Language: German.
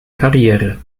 karriere